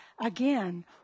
again